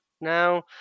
now